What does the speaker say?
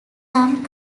some